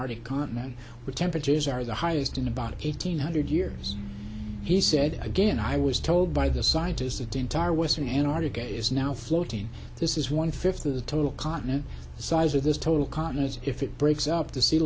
antarctic continent where temperatures are the highest in about eighteen hundred years he said again i was told by the scientists that the entire western antarctica is now floating this is one fifth of the total continent size of this total continent if it breaks up the sea